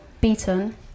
beaten